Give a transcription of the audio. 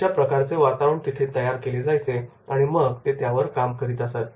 तशा प्रकारचे वातावरण तयार केले जायचे आणि मग ते त्यावर काम करीत असत